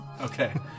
Okay